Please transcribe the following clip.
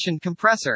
compressor